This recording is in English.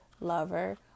lover